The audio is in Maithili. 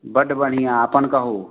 बड बढ़िआँ अपन कहू